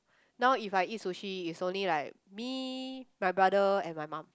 now if I eat sushi is only like me my brother and my mum